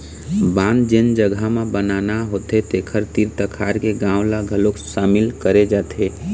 बांध जेन जघा म बनाना होथे तेखर तीर तखार के गाँव ल घलोक सामिल करे जाथे